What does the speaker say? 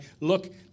look